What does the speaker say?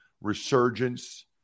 resurgence